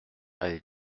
allée